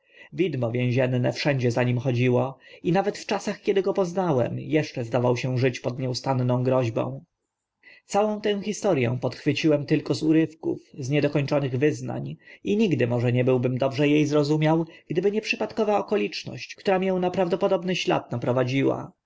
widmo więzienne wszędzie za nim chodziło i nawet w czasach kiedy go poznałem eszcze zdawał się żyć pod nieustanną groźbą całą tę historię podchwyciłem tylko z urywków z nie dokończonych wyznań i nigdy może nie byłbym dobrze e zrozumiał gdyby nie przypadkowa okoliczność która mię na prawdopodobny ślad naprowadziła